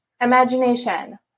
imagination